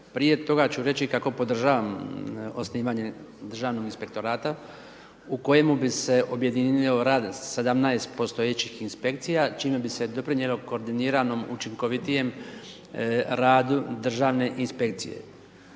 Prije toga ću reći kako podržavam osnivanje Državnog inspektorata u kojemu bi se objedinio rad 17 postojećih inspekcija, čime bi se doprinijelo koordiniranom učinkovitijem radu Državne inspekcije.